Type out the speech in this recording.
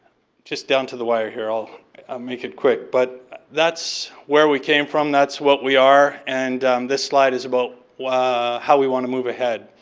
just down to the wire here, i'll make it quick. but that's where we came from. that's what we are. and this slide is about how we want to move ahead.